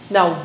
Now